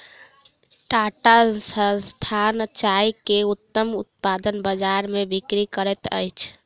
टाटा संस्थान चाय के उत्तम उत्पाद बजार में बिक्री करैत अछि